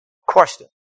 Question